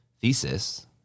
thesis